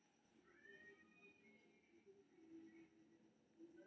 अहां अपन पौधाक जरूरत के हिसाब सं ग्रीनहाउस के चयन कैर सकै छी